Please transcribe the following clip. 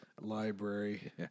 library